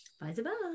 bye-bye